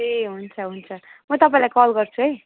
ए हुन्छ हुन्छ म तपाईँलाई कल गर्छु है